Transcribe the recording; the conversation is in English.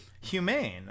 humane